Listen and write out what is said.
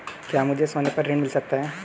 क्या मुझे सोने पर ऋण मिल सकता है?